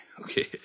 okay